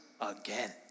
again